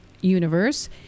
universe